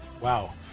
wow